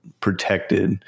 protected